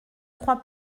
crois